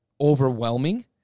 overwhelming